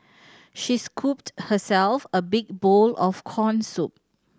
she scooped herself a big bowl of corn soup